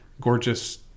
gorgeous